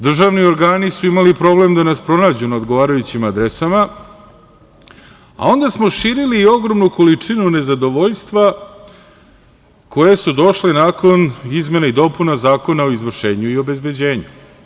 Državni organi su imali problem da nas pronađu na odgovarajućim adresama, a onda smo širili ogromnu količinu nezadovoljstva koja su došla nakon izmena i dopuna Zakona o izvršenju i obezbeđenju.